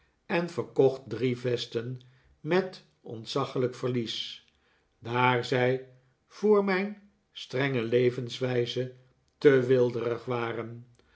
en verkocht drie vesten met ontzaglijk verlies daar zij voor mijn strenge levenswijze te weelderig waren